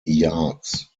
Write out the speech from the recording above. yards